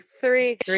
three